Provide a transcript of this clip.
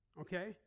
Okay